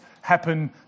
happen